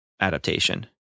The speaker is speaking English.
adaptation